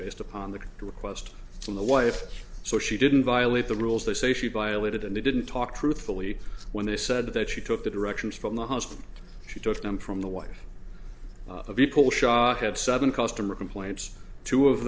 based upon the request from the wife so she didn't violate the rules they say she violated and they didn't talk truthfully when they said that she took the directions from the hospital she took them from the wife of equal shock of sudden customer complaints two of